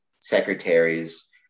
secretaries